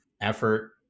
effort